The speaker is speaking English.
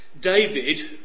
David